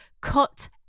cut